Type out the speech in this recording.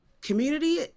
Community